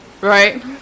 Right